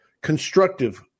constructive